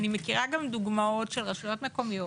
אני מכירה גם דוגמאות של רשויות מקומיות